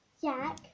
Jack